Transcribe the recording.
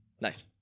Nice